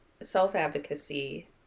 self-advocacy